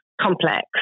complex